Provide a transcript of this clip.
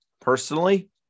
personally